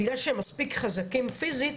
בגלל שהם מספיק חזקים פיזית,